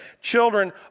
children